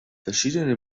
verschiedene